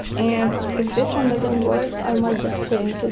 and if this one doesn't work, i might just sing, so